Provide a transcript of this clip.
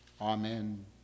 Amen